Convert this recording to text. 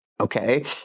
okay